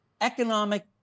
economic